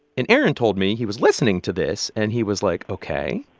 and aaron told me he was listening to this, and he was like, ok,